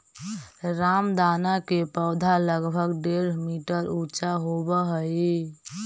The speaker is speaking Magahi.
रामदाना के पौधा लगभग डेढ़ मीटर ऊंचा होवऽ हइ